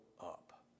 up